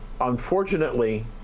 unfortunately